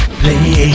play